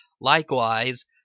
Likewise